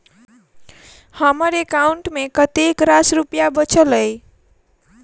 हम्मर एकाउंट मे कतेक रास रुपया बाचल अई?